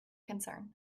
concerned